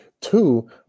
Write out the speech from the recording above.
Two